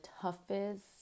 toughest